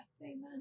Amen